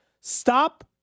Stop